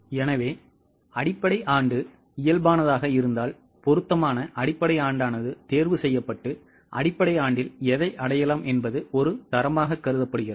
எனவே அடிப்படை ஆண்டு இயல்பானதாக இருந்தால் பொருத்தமான அடிப்படை ஆண்டு தேர்வு செய்யப்பட்டு அடிப்படை ஆண்டில் எதை அடையலாம் என்பது ஒரு தரமாகக் கருதப்படுகிறது